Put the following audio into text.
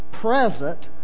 present